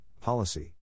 policy